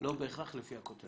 לא בהכרח לפי הכותרת.